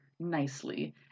Nicely